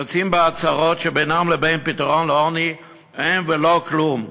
יוצאים בהצהרות שבינן לבין פתרון לעוני אין ולא כלום.